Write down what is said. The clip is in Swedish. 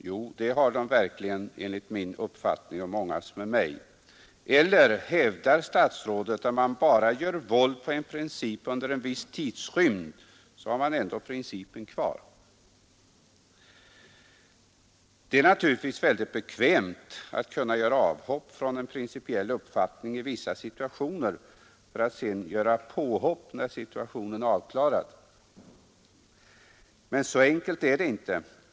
Jo, det har de verkligen enligt min och mångas mening. Eller hävdar statsrådet att om man bara gör våld på en princip under en viss tidsrymd så har man ändå principen kvar? Det är naturligtvis mycket bekvämt att kunna göra avhopp från en principiell uppfattning i vissa situationer för att sedan göra påhopp när situationen är avklarad. Men så enkelt är det inte.